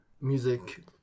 music